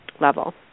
level